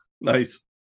Nice